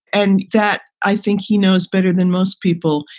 and that i think he knows better than most people.